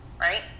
right